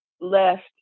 left